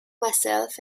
myself